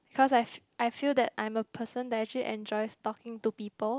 cause I I feel that I'm a person that actually enjoy talking to people